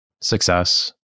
success